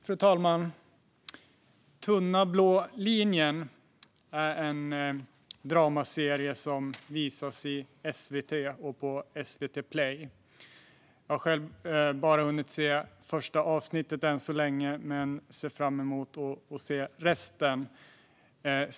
Fru talman! Tunna blå linjen är en dramaserie som visas i SVT och på SVT Play. Jag har själv bara hunnit se första avsnittet än så länge men ser fram emot att se resten.